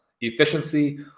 efficiency